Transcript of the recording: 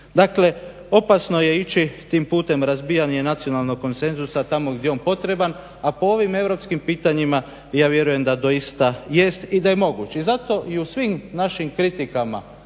Dakle, opasno je ići tim putem razbijanja nacionalnog konsenzusa tamo gdje je on potreban, a po ovim europskim pitanjima ja vjerujem da doista jest i da je moguć. I zato i u svim našim kritikama